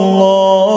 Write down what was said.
Allah